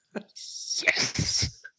Yes